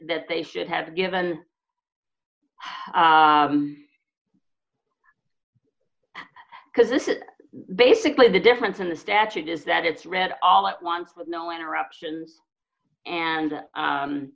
that they should have given because this is basically the difference in the statute is that it's read all at once with no interruptions and